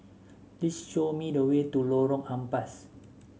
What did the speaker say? please show me the way to Lorong Ampas